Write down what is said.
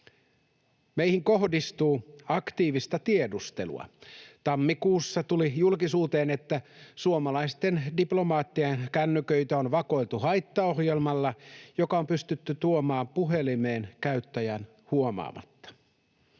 meihin kohdistuu aktiivista tiedustelua. Tammikuussa tuli julkisuuteen, että suomalaisten diplomaattien kännyköitä on vakoiltu haittaohjelmalla, joka on pystytty tuomaan puhelimeen käyttäjän huomaamatta.